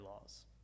laws